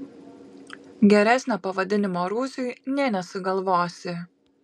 geresnio pavadinimo rūsiui nė nesugalvosi